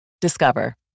Discover